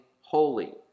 holy